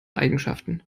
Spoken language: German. eigenschaften